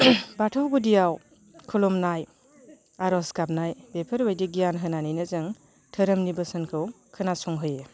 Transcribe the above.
बाथौ गुदियाव खुलुमनाय आरज गाबनाय बेफोरबायदि गियान होनानैनो जों धोरोमनि बोसोनखौ खोनासंहोयो